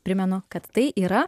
primenu kad tai yra